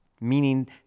Meaning